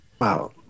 Wow